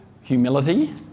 humility